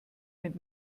mit